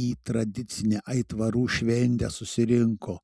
į tradicinę aitvarų šventę susirinko